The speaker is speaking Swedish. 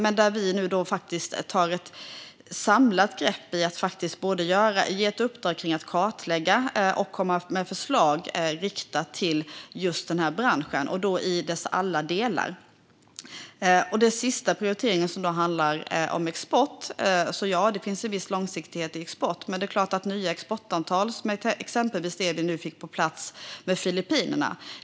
Vi tar där nu ett samlat grepp. Vi ger ett uppdrag att kartlägga och komma med förslag riktat till just den här branschen i dess alla delar. Den sista prioriteringen handlar om export. Det finns en viss långsiktighet i export. Det handlar om nya exportavtal, exempelvis det vi nu fick på plats med Filippinerna.